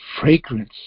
fragrance